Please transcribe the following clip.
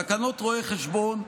תקנות רואי החשבון,